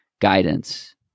guidance